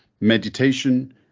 Meditation